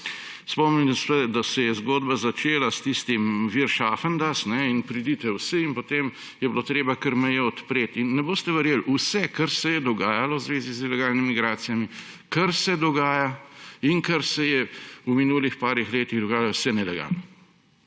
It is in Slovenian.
Spomnimo se, da se je zgodba začela s tistim »Wir schaffen das«, pridite vsi; in potem je bilo treba kar mejo odpreti. In ne boste verjeli, vse, kar se je dogajalo v zvezi z ilegalnimi migracijami, kar se dogaja in kar se je v minulih nekaj letih dogajalo, vse nelegalno.